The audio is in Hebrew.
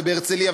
ובהרצליה,